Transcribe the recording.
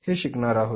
हे शिकणार आहोत